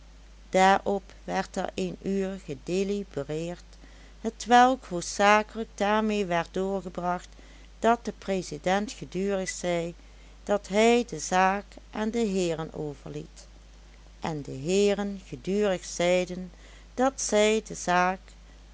daarop werd er een uur gedelibereerd hetwelk hoofdzakelijk daarmee werd doorgebracht dat de president gedurig zei dat hij de zaak aan de heeren overliet en de heeren gedurig zeiden dat zij de zaak